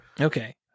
okay